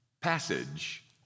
passage